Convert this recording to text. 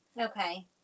okay